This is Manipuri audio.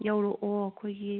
ꯌꯧꯔꯛꯑꯣ ꯑꯩꯈꯣꯏꯒꯤ